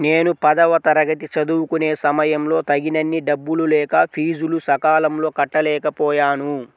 నేను పదవ తరగతి చదువుకునే సమయంలో తగినన్ని డబ్బులు లేక ఫీజులు సకాలంలో కట్టలేకపోయాను